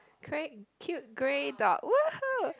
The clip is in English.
correct cute grey dog !woohoo!